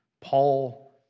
Paul